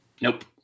nope